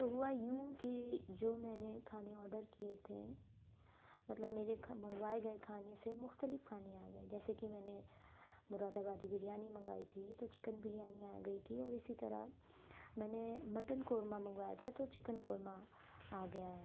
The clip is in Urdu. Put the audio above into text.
تو ہوا یوں کہ جو میں نے کھانے آڈر کیے تھے مطلب میرے منگوائے گئے کھانے سے مختلف کھانے آ گئے جیسے کہ میں نے مراد آبادی بریانی منگائی تھی تو چکن بریانی آ گئی تھی اور اسی طرح میں نے مٹن قورمہ منگوایا تھا تو چکن قورمہ آ گیا ہے